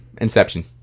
Inception